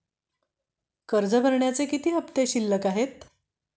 कर्ज भरण्याचे किती हफ्ते शिल्लक आहेत?